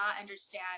understand